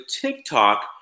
TikTok